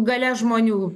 galia žmonių